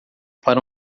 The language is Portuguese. para